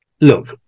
Look